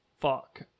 fuck